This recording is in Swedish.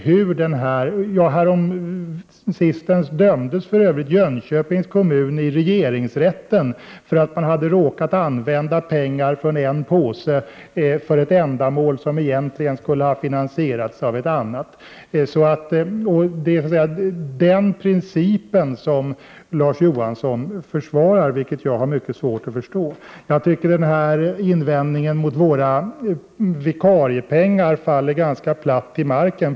Häromsistens dömdes för övrigt Jönköpings kommun i regeringsrätten för att man hade råkat använda pengar från en ”påse” för ett ändamål som egentligen — Prot. 1988/89:120 skulle ha finansierats ur en annan ”påse”. Det är en princip som Larz 24maj 1989 Johansson försvarar och som jag har svårt att förstå. Invändningen mot folkpartiets förslag om vikariepengar faller ganska platt till marken.